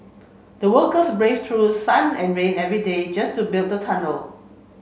the workers braved through sun and rain every day just to build the tunnel